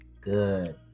good